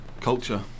Culture